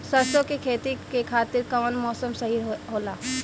सरसो के खेती के खातिर कवन मौसम सही होला?